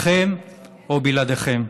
איתכם או בלעדיכם.